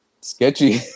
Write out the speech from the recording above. sketchy